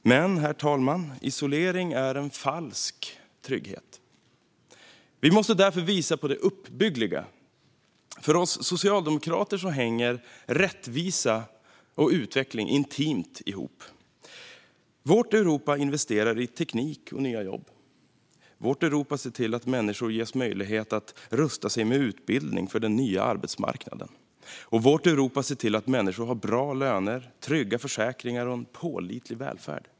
Herr talman! Isolering är dock en falsk trygghet. Vi måste därför visa på det uppbyggliga. För oss socialdemokrater hänger rättvisa och utveckling intimt ihop. Vårt Europa investerar i teknik och nya jobb. Vårt Europa ser till att människor ges möjlighet att rusta sig med utbildning för den nya arbetsmarknaden. Vårt Europa ser till att människor har bra löner, trygga försäkringar och en pålitlig välfärd.